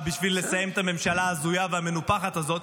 בשביל לסיים את הממשלה ההזויה והמנופחת הזאת,